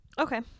Okay